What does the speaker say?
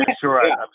sure